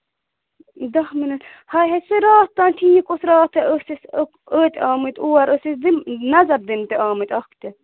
دَہ مِنَٹ ہَے ہے سُہ راتھ تام ٹھیٖک اوس راتھَے ٲسۍ أسۍ أتۍ آمٕتۍ اور ٲسۍ أسۍ دِنہِ نظر دِنہِ تہِ آمٕتۍ اَکھ تہِ